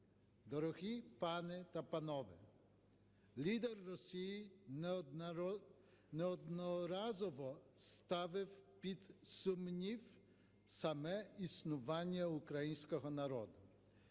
Дорогі пані та панове, лідер Росії неодноразово ставив під сумнів саме існування українського народу.